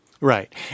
Right